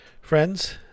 Friends